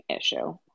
issue